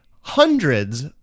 hundreds